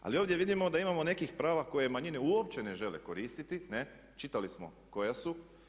Ali ovdje vidimo da imamo nekih prava koje manjine uopće ne žele koristiti, čitali smo koja su.